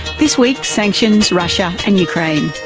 this week sanctions, russia and ukraine.